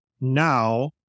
now